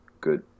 good